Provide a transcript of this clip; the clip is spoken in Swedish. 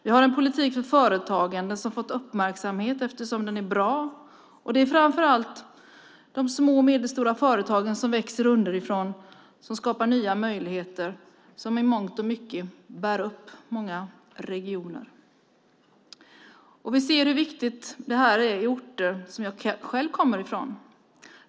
Vi har en politik för företagande som fått uppmärksamhet eftersom den är bra, och det är framför allt de små och medelstora företagen som växer underifrån som skapar de nya möjligheter som i mångt och mycket bär upp många regioner. Vi ser hur viktigt detta är där jag själv kommer ifrån.